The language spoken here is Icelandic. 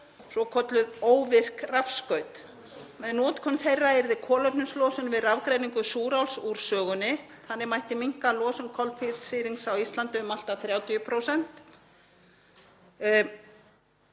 svokölluð óvirk rafskaut. Með notkun þeirra yrði kolefnislosun við rafgreiningu súráls úr sögunni og þannig mætti minnka losun koltvísýrings á Íslandi um allt að 30%.